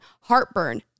heartburn